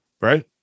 right